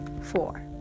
four